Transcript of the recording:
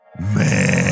man